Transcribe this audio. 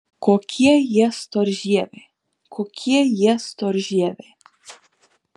kokie jie storžieviai kokie jie storžieviai